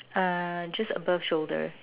uh just above shoulder